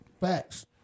Facts